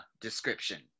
description